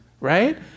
right